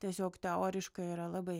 tiesiog teoriškai yra labai